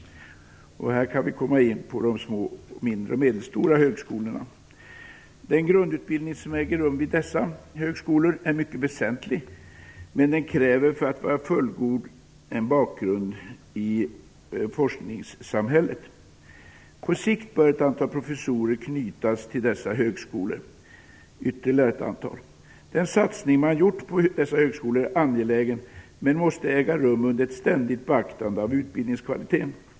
Därmed kan vi komma in på de små och medelstora högskolorna. Den grundutbildning som äger rum vid dessa skolor är mycket väsentlig, men den kräver för att vara fullgod en bakgrund i forskningssamhället. På sikt bör ytterligare ett antal professorer knytas till dessa högskolor. Den satsning man gjort på dessa högskolor är angelägen, men måste äga rum under ett ständigt beaktande av kvaliteten.